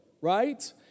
right